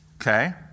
Okay